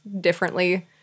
differently